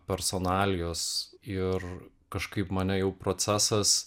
personalijos ir kažkaip mane jau procesas